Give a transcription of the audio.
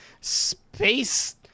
space